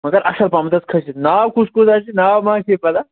مگر اَصٕل پہمَتھ کھٔسِتھ ناو کُس کُس آسہِ ناو ما آسہِ پَتاہ